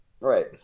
right